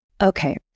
okay